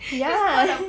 ya